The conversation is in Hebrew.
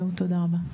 תודה רבה.